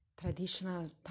Traditional